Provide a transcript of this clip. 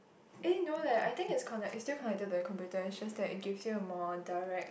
eh no leh I think it's connect it still connected to your computer it's just that it gives you a more direct